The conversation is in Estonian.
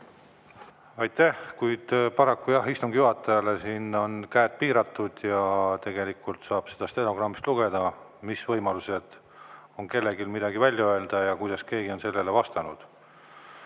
Aitäh! Paraku jah, istungi juhatajal on siin käed piiratud ja tegelikult saab seda stenogrammist lugeda, mis võimalused on kellelgi midagi välja öelda ja kuidas keegi on sellele vastanud.